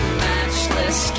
matchless